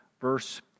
Verse